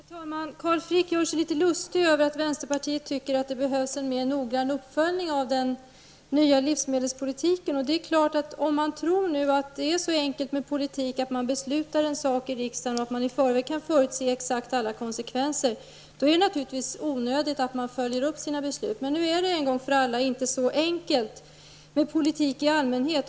Herr talman! Carl Frick gör sig litet lustig över att vänsterpartiet tycker att det behövs en mer nogrann uppföljning av den nya livsmedelspolitiken. Tror man att politik är så enkelt att man i förväg kan förutse exakt alla konsekvenser av det man beslutar i riksdagen, är det naturligtvis onödigt att följa upp sina beslut. Men nu är det en gång för alla inte så enkelt med politik i allmänhet.